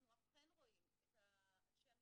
אנחנו אכן רואים את אנשי המקצוע,